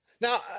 Now